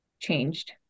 changed